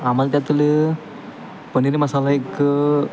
आम्हाला त्यातलं पनीर मसाला एक